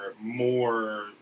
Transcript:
more